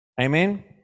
Amen